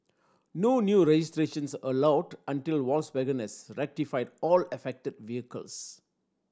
no new registrations are allowed until Volkswagen has rectified all affected vehicles